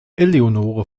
eleonore